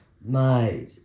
mate